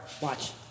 Watch